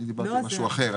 אני דיברתי על משהו אחר.